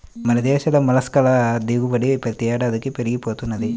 మన దేశంలో మొల్లస్క్ ల దిగుబడి ప్రతి ఏడాదికీ పెరిగి పోతున్నది